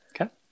okay